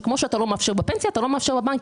שכפי שאתה לא מאפשר בפנסיה אתה לא מאפשר לבנקים.